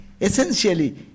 essentially